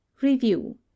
review